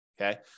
Okay